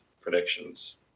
predictions